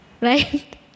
Right